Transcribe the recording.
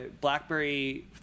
Blackberry